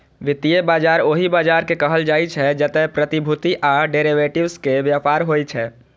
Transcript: वित्तीय बाजार ओहि बाजार कें कहल जाइ छै, जतय प्रतिभूति आ डिरेवेटिव्स के व्यापार होइ छै